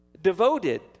Devoted